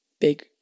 big